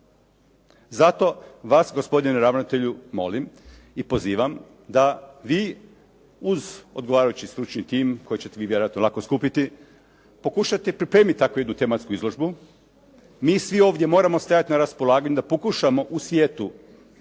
Zato vas gospodine ravnatelju molim i pozivam da vi uz odgovarajući stručni tim koji ćete vi vjerojatno lako skupiti, pokušati pripremati ako idu tematsku izložbu, mi svi ovdje moramo stajati na raspolaganju da pokušamo u svijetu